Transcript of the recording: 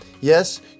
Yes